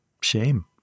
shame